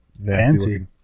nasty